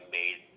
made